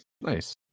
Nice